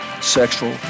sexual